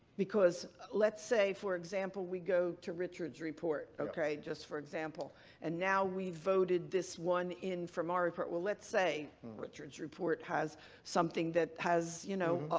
because let's say for example we go to richard's report, okay, just for an example and now we've voted this one in from our report. well, let say richard's report has something that has, you know,